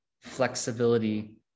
flexibility